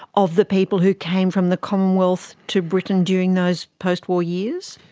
of the people who came from the commonwealth to britain during those post-war years?